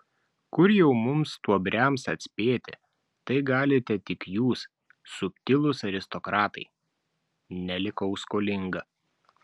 kur jau mums stuobriams atspėti tai galite tik jūs subtilūs aristokratai nelikau skolinga